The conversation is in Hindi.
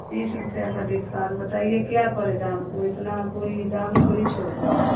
तीस रुपया का डिस्काउंट बताइए क्या पड़ेगा हमको इतना कोई दाम थोड़ी छोड़ता है